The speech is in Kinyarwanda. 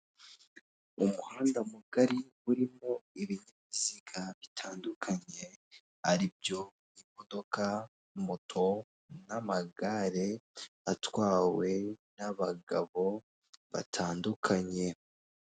Umuhanda mugari urimo ibinyabiziga bitandukanye ari byo imodoka, moto, n'amagare atwawe n'abagabo batandukanye.